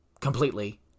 completely